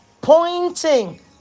pointing